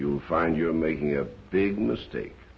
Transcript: you'll find you're making a big mistake